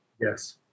Yes